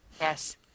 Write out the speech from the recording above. Yes